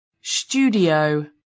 studio